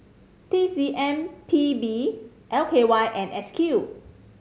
T C M P B L K Y and S Q